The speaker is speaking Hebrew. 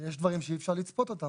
יש דברים שאי אפשר לצפות אותם.